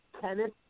Kenneth